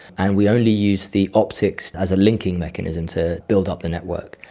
and we only use the optics as a linking mechanism to build up the network.